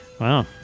Wow